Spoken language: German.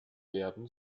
werden